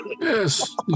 Yes